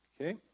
Okay